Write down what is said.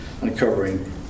uncovering